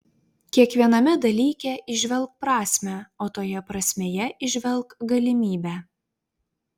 kiekviename dalyke įžvelk prasmę o toje prasmėje įžvelk galimybę